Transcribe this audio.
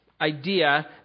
idea